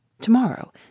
Tomorrow